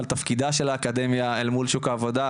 על תפקידה של האקדמיה אל מול שוק העבודה,